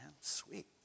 sweet